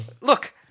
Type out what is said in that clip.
look